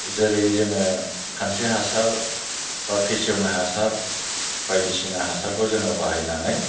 जेरै जोङो खान्स्रि हासार एबा फेसेवनाय हासार बायदिसिना हासारखौ जोङो बाहायनानै